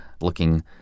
looking